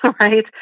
right